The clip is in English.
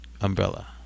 umbrella